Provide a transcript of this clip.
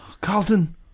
Carlton